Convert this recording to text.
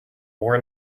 more